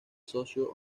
socio